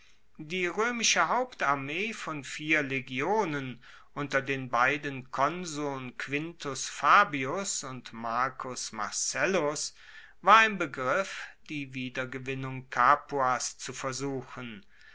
die roemische hauptarmee von vier legionen unter den beiden konsuln quintus fabius und marcus marcellus war im begriff die wiedergewinnung capuas zu versuchen